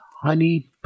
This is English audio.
honey